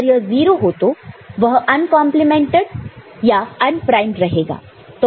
अगर यह 0 हो तो वह अनकंपलीमेंटेड या अन्प्राइमड रहेगा